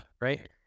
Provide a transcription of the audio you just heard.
Right